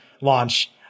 launch